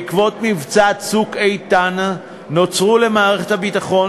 בעקבות מבצע "צוק איתן" נוצרו למערכת הביטחון